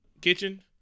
Kitchen